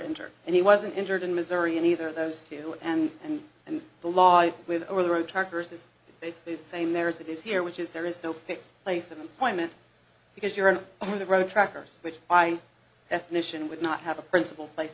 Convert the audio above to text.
injured and he wasn't injured in missouri in either of those two and and and the law with over the road tuckers is basically the same there as it is here which is there is no fixed place of employment because you're an on the road truckers which by definition would not have a principal place